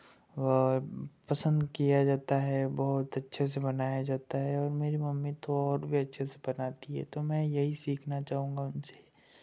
पसंद किया जाता है बहुत अच्छे से बनाया जाता है और मेरी मम्मी तो और भी अच्छे से बनाती है तो मैं यही सीखना चाहूँगा उनसे